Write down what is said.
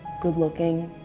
good-looking.